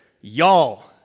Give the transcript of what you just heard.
y'all